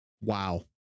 Wow